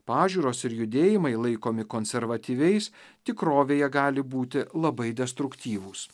pažiūros ir judėjimai laikomi konservatyviais tikrovėje gali būti labai destruktyvūs